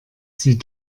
sie